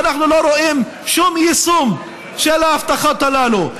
ואנחנו לא רואים שום יישום של ההבטחות הללו.